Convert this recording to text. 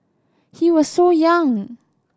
he was so young